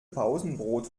pausenbrot